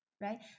right